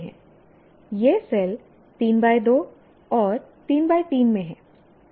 यह सेल 3 2 और 3 3 में है